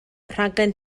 rhaglen